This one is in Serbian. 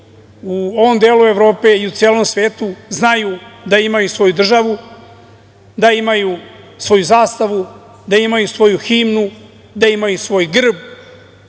u ovom delu Evrope i u celom svetu znaju da imaju svoju državu, da imaju svoju zastavu, da imaju svoju himnu, da imaju svoj grb,